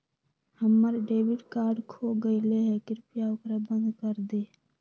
हम्मर debit card खो गयले है, कृपया ओकरा बंद कर दे